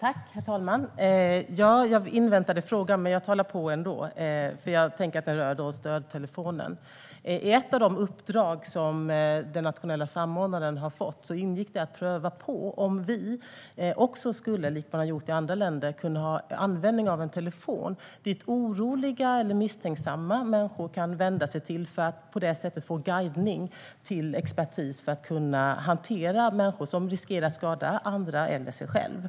Herr talman! Jag inväntade frågan, men jag talar på ändå. Jag tänker att den rör stödtelefonen. I ett av de uppdrag som den nationella samordnaren har fått ingick det att pröva om vi också skulle, likt vad man har gjort i andra länder, kunna få användning av en stödtelefon dit oroliga människor eller människor som har misstankar kan ringa för att på det sättet få guidning till expertis för att kunna hantera människor som riskerar att skada andra eller sig själva.